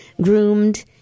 groomed